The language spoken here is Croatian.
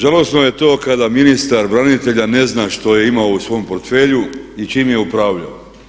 Žalosno je to kada ministar branitelja što je imao u svom portfelju i čime je upravljao.